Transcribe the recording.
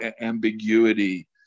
ambiguity